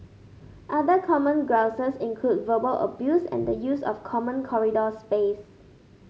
other common grouses include verbal abuse and the use of common corridor space